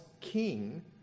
king